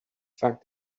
fact